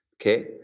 Okay